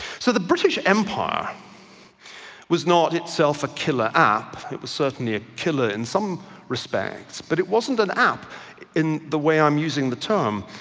so the british empire was not itself a killer app. it was certainly a killer in some respects, but it wasn't an app in the way i'm using the term,